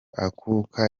akuka